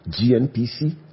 GNPC